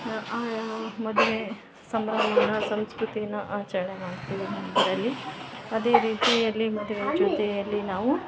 ಹಾಂ ಆಯಾ ಮದುವೆ ಸಂಭ್ರಮದ ಸಂಸ್ಕೃತಿಯ ಆಚರಣೆ ಮಾಡ್ತೀವಿ ಮನೆಲ್ಲಿ ಅದೇ ರೀತಿಯಲ್ಲಿ ಮದುವೆ ಜೊತೆಯಲ್ಲಿ ನಾವು